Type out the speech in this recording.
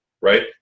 right